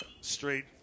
straight